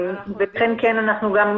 כידוע לכם,